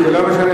זה לא משנה.